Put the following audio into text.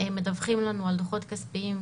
מדווחים לנו על דוחות כספיים,